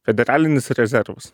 federalinis rezervas